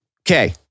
Okay